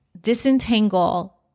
disentangle